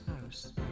house